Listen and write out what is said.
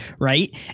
right